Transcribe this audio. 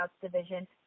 division